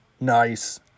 Nice